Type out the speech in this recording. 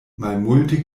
malmulte